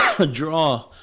Draw